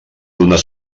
donar